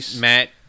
Matt